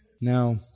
Now